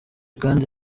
kandi